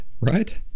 right